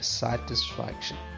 satisfaction